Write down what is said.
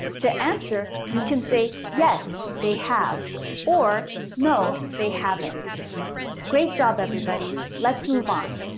to answer, you can say, yes, they have or no. they haven't great job, everybody. let's move on.